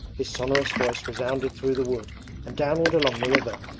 his sonorous voice resounded through the wood and downward along the river,